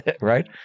right